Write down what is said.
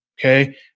Okay